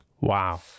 Wow